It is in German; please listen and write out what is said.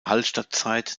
hallstattzeit